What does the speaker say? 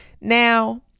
Now